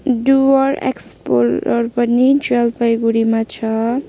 डुवर explorer पनि जलपाइगुडीमा छ